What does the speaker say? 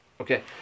Okay